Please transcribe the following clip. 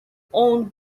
owned